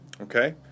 Okay